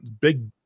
big